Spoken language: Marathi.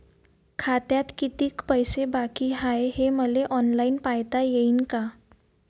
खात्यात कितीक पैसे बाकी हाय हे मले ऑनलाईन पायता येईन का?